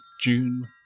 June